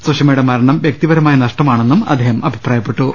സുഷമയുടെ മരണം വ്യക്തിപരമായ നഷ്ടമാണെന്നും അദ്ദേഹം പറഞ്ഞു